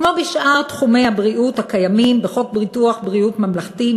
כמו בשאר תחומי הבריאות הקיימים בחוק ביטוח בריאות ממלכתי,